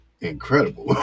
incredible